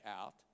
out